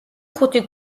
ხუთი